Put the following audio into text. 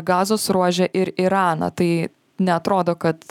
gazos ruože ir iraną tai neatrodo kad